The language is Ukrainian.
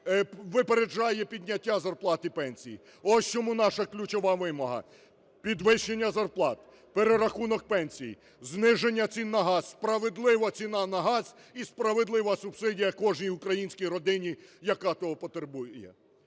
випереджає підняття зарплат і пенсій. Ось в чому наша ключова вимога – підвищення зарплат, перерахунок пенсій, зниження цін на газ, справедлива ціна на газ і справедлива субсидія кожній українській родині, яка того потребує.